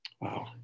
Wow